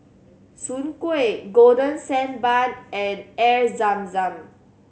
soon kway Golden Sand Bun and Air Zam Zam